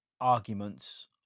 arguments